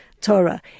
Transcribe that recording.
Torah